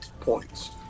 points